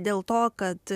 dėl to kad